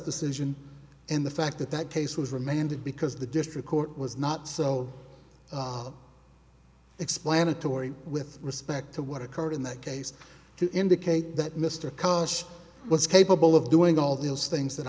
decision and the fact that that case was remanded because the district court was not so explanatory with respect to what occurred in that case to indicate that mr koch was capable of doing all those things that